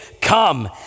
come